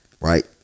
right